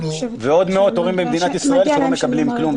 יוסי: ועוד מאות הורים במדינת ישראל שלא מקבלים כלום,